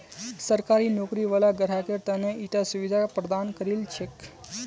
सरकारी नौकरी वाला ग्राहकेर त न ईटा सुविधा प्रदान करील छेक